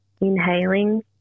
inhaling